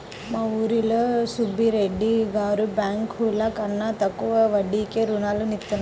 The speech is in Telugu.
మా ఊరిలో సుబ్బిరెడ్డి గారు బ్యేంకుల కన్నా తక్కువ వడ్డీకే రుణాలనిత్తారు